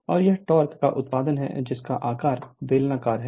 और यह टॉक का उत्पादन है जिसका आकार बेलनाकार होता है